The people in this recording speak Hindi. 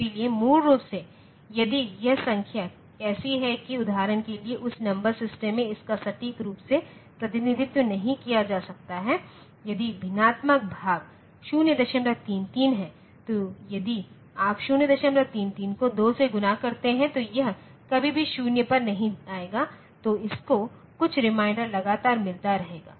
इसलिए मूल रूप से यदि यह संख्या ऐसी है कि उदाहरण के लिए उस नंबर सिस्टम में इसका सटीक रूप से प्रतिनिधित्व नहीं किया जा सकता है यदि भिन्नात्मक भाग 033 है तो यदि आप 033 को 2 से गुणा करते हैं तो यह कभी भी 0 पर नहीं आएगा तो इसको कुछ रिमाइंडर लगातार मिलता रहेगा